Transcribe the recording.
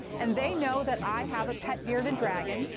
and they know that i have a pet bearded dragon.